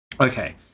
Okay